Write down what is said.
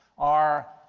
are